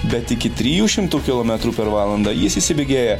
bet iki trijų šimtų kilometrų per valandą jis įsibėgėja